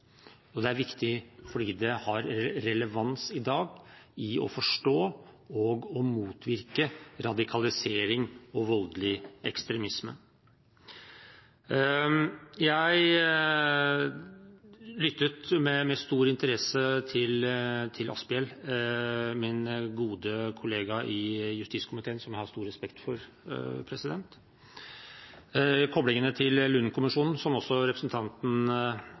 og det er viktig fordi det har relevans i dag med tanke på å forstå og motvirke radikalisering og voldelig ekstremisme. Jeg lyttet med stor interesse til Asphjell, min gode kollega i justiskomiteen som jeg har stor respekt for. Koblingene til Lund-kommisjonen, som også representanten